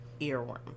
earworm